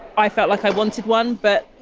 i felt like i wanted one. but,